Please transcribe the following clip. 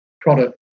product